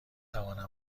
توانم